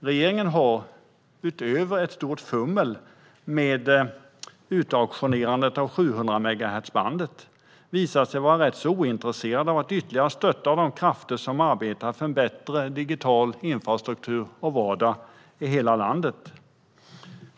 Regeringen har - utöver ett stort fummel med utauktionerandet av 700-megahertzbandet - visat sig vara rätt så ointresserad av att ytterligare stötta de krafter som arbetar för en bättre digital infrastruktur och vardag i hela landet.